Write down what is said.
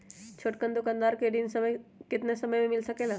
छोटकन दुकानदार के ऋण कितने समय मे मिल सकेला?